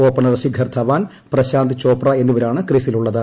opener Shikhar Dhawan Prashant Chopra എന്നിവരാണ് ക്രീസിലുള്ളത്